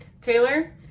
taylor